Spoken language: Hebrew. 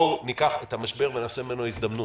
בואו ניקח את המשבר ונעשה ממנו הזדמנות.